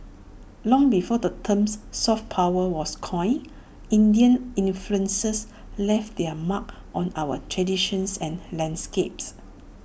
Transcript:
long before the terms soft power was coined Indian influences left their mark on our traditions and landscapes